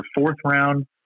fourth-round